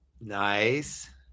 Nice